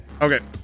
Okay